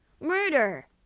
Murder